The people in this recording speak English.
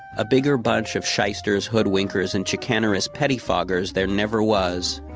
a bigger bunch of shysters, hoodwinkers, and chicanerous pettifoggers there never was.